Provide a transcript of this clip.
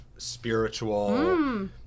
spiritual